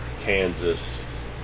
Kansas